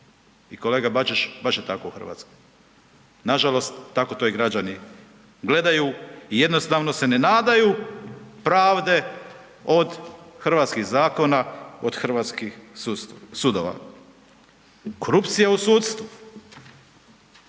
i kolega Bačić, baš je tako u Hrvatskoj, nažalost, tako to i građani gledaju i jednostavno se ne nadaju pravde od hrvatskih zakona, od hrvatskih sudova. Korupcija u sudstvu,